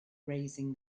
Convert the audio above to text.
raising